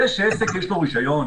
זה שלעסק יש רישיון,